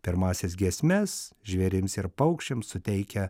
pirmąsias giesmes žvėrims ir paukščiams suteikia